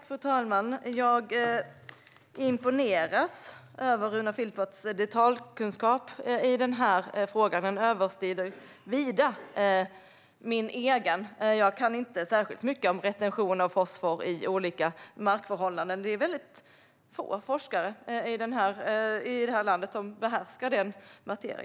Fru talman! Jag imponeras över Runar Filpers detaljkunskap i denna fråga. Den överstiger vida min egen. Jag kan inte särskilt mycket om retention och fosfor i olika markförhållanden. Det är få forskare i detta land som behärskar denna materia.